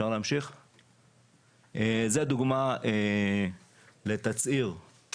זו דוגמה לאישור של